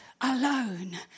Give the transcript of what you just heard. alone